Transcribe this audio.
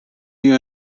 you